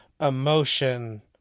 emotion